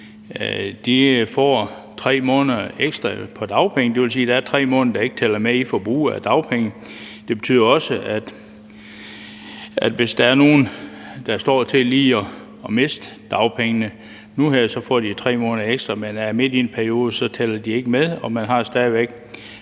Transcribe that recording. – får man 3 måneder ekstra på dagpenge, og det vil sige, at der er 3 måneder, der ikke tæller med i forbruget af dagpenge. Det betyder også, at hvis der er nogen, der står til at miste dagpengene nu her, får de 3 måneder ekstra, og er de midt i en periode, så tæller de ikke med. Og man har stadig væk